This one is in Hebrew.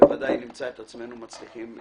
בוודאי נמצא את עצמנו מצליחים כאן.